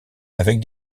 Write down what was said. avec